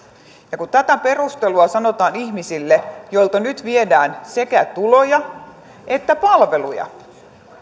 ja kun tätä perustelua sanotaan ihmisille joilta nyt viedään sekä tuloja että palveluja